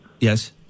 Yes